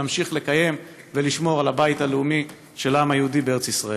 נמשיך לקיים ולשמור על הבית הלאומי של העם היהודי בארץ ישראל.